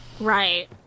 Right